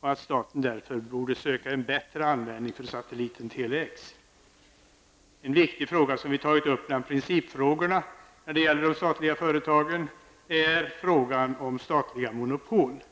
Vi anser att staten borde söka en bättre användning för satelliten Tele X. En viktig fråga som vi berör bland principfrågorna vad gäller de statliga företagen är frågan om statliga monopol.